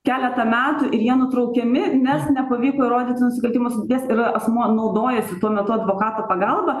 keletą metų ir jie nutraukiami nes nepavyko įrodyti nusikaltimus nes yra asmuo naudojasi tuo metu advokato pagalba